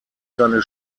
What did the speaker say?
seine